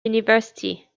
university